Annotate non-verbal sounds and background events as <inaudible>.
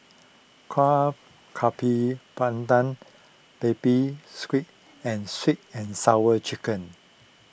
Kuih <unintelligible> Pandan Baby Squid and Sweet and Sour Chicken